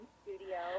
studio